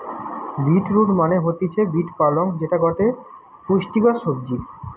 bit root মানে হতিছে beet পালং যেটা গটে পুষ্টিকর সবজি